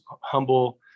humble